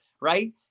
right